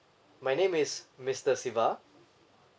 my name is mister siva